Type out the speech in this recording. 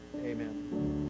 Amen